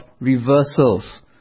reversals